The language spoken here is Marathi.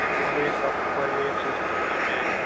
त्याच्यामध्ये एक डॉक्टर पाहिजे एक सिस्टर पाहिजे